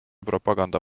propaganda